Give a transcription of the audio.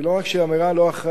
היא לא רק אמירה לא אחראית,